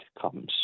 comes